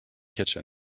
kitchen